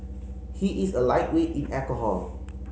he is a lightweight in alcohol